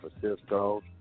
Francisco